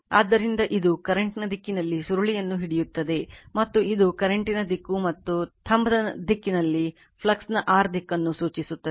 ಆದ್ದರಿಂದ ಇದು ಕರೆಂಟ್ ನ ದಿಕ್ಕಿನಲ್ಲಿ ಸುರುಳಿಯನ್ನು ಹಿಡಿಯುತ್ತದೆ ಮತ್ತು ಇದು ಕರೆಂಟಿನ ದಿಕ್ಕು ಮತ್ತು ಥಂಬ್ನ ದಿಕ್ಕಿನಲ್ಲಿ ಫ್ಲಕ್ಸ್ನ r ದಿಕ್ಕನ್ನು ಸೂಚಿಸುತ್ತದೆ